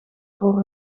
voor